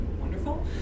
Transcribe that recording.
wonderful